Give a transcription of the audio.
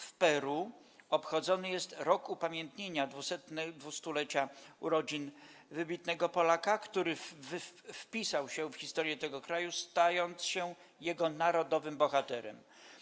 W Peru obchodzony jest Rok Upamiętnienia 200-lecia Urodzin wybitnego Polaka, który wpisał się w historię tego kraju, stając się jego narodowym bohaterem.